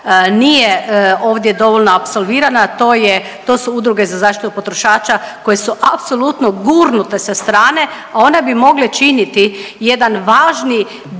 nije ovdje dovoljno apsolvirana. To je, to su udruge za zaštitu potrošača koje su apsolutno gurnute sa strane, a one bi mogle činiti jedan važni